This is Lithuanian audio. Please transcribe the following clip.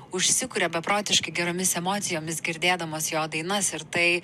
užsikuria beprotiškai geromis emocijomis girdėdamas jo dainas ir tai